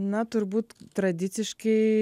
na turbūt tradiciškai